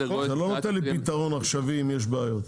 אתה לא נותן לי פתרון עכשווי אם יש בעיות.